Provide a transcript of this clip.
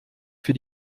für